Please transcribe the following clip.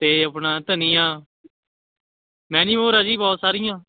ਅਤੇ ਆਪਣਾ ਧਨੀਆ ਮੈਨੀ ਮੋਰ ਆ ਜੀ ਬਹੁਤ ਸਾਰੀਆਂ